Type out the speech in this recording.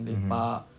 mmhmm